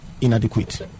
inadequate